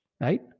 right